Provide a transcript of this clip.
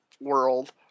world